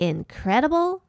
Incredible